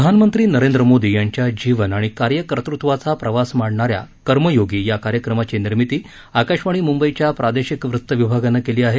प्रधानमंत्री नरेंद्र मोदी यांच्या जीवन आणि कार्यकतृत्वाचा प्रवास मांडणाऱ्या कर्मयोगी या कार्यक्रमाची निर्मिती आकाशवाणी मुंबईच्या प्रादेशिक वृत्तविभागानं केली आहे